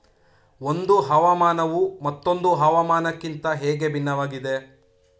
ಒಂದು ಹವಾಮಾನವು ಮತ್ತೊಂದು ಹವಾಮಾನಕಿಂತ ಹೇಗೆ ಭಿನ್ನವಾಗಿದೆ?